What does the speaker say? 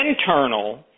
internal